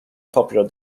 popular